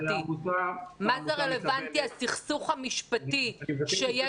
מה זה רלוונטי הסכסוך המשפטי?